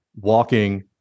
walking